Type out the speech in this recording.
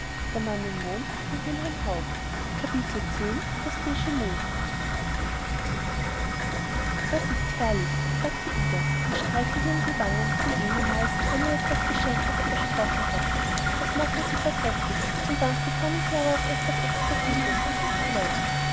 das ist herrlich sagte ida und streichelte ihm die wangen wie ehemals wenn er ihr etwas geschenkt oder versprochen hatte das machen sie vortrefflich zum dank bekommen sie aber auch etwas extragutes und jetzt gleich